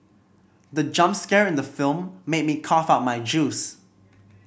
the jump scare in the film made me cough out my juice